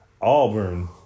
Auburn